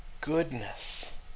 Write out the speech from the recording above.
goodness